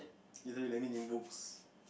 later you let me name books